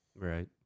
Right